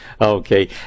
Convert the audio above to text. okay